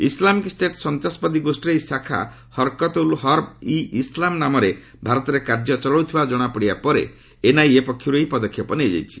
Islamic State ସନ୍ତାସବାଦୀ ଗୋଷୀର ଏହି ଶାଖା ହରକତ ଉଲ ହର୍ବ ଇ ଇସ୍ଲାମ ନାମରେ ଭାରତରେ କାର୍ଯ୍ୟ ଚଳାଉଥିବା କଣାପଡିବା ପରେ ଏନ୍ଆଇଏ ପକ୍ଷରୁ ଏହି ପଦକ୍ଷେପ ନିଆଯାଇଛି